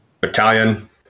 battalion